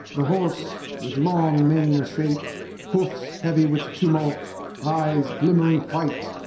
the horse with long mane ashake hoofs, heavy with tumult eyes, glimmering white.